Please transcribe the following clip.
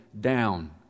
down